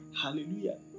Hallelujah